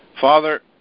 father